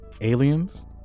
aliens